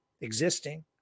existing